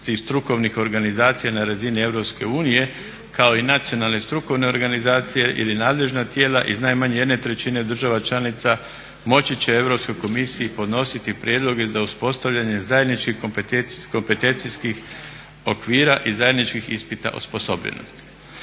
strukovnih organizacija na razini EU kao i nacionalne strukovne organizacije ili nadležna tijela iz najmanje jedne trećine država članica moći će Europskoj komisiji podnositi prijedloge za uspostavljanje zajedničkih kompeticijskih okvira i zajedničkih ispita osposobljenosti.